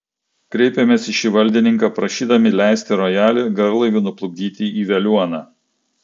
kreipėmės į šį valdininką prašydami leisti rojalį garlaiviu nuplukdyti į veliuoną